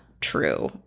true